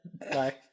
Bye